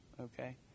Okay